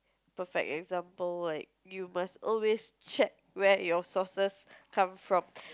perfect example like you must always check where your sources come from